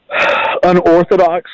unorthodox